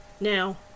Now